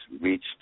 reached